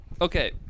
Okay